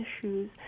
issues